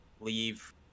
leave